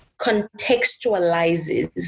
contextualizes